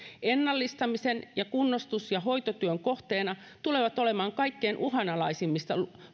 ennallistamisen ja kunnostus ja hoitotyön kohteena tulevat olemaan kaikkein uhanalaisimmat